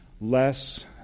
less